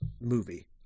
movie